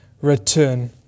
return